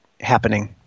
happening